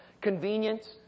convenience